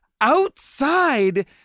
outside